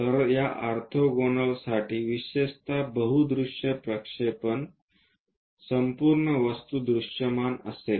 तर या ऑर्थोगोनाल साठी विशेषत बहु दृश्य प्रक्षेपण संपूर्ण वस्तू दृश्यमान असेल